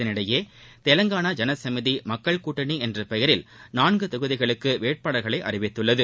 இதனிடையே தெலங்கானா ஜன சமதி மக்கள் கூட்டணி என்ற பெயரில் நான்கு தொகுதிகளுக்கு வேட்பாளர்களை அறிவித்துள்ளது